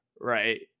right